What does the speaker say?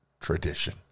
tradition